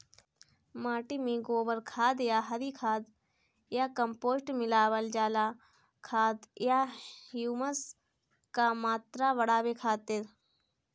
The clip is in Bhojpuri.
माटी में गोबर खाद या हरी खाद या कम्पोस्ट मिलावल जाला खाद या ह्यूमस क मात्रा बढ़ावे खातिर?